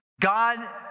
God